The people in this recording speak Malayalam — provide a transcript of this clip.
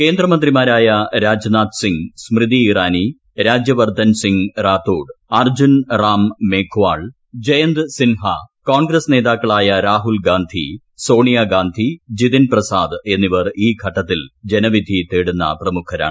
കേന്ദ്രമന്ത്രിമാരായ രാജ്നാഥ്സിംഗ് സ്മൃതി ഇറാനി രാജ്യവർദ്ധൻസിംഗ് റാത്തോഡ് അർജ്ജുൻ റാം മേഘാൾ ജയന്ത് സിംഹ കോൺഗ്രസ് നേതാക്കളായ രാഹുൽ ഗാന്ധി സോണിയാഗാന്ധി ജിതിൻ പ്രസാദ് എന്നിവർ ഈ ഘട്ടത്തിൽ ജനവിധിതേടുന്ന പ്രമുഖരാണ്